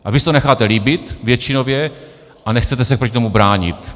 A vy si to necháte líbit většinově a nechcete se proti tomu bránit.